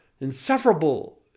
insufferable